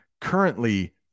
currently